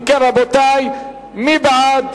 אם כן, רבותי, מי בעד?